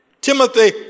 Timothy